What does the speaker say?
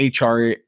HR